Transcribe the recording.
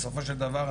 בסופו של דבר,